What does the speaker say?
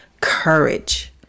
courage